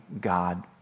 God